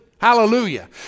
Hallelujah